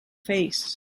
face